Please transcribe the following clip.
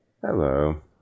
hello